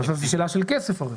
זאת שאלה של כסף.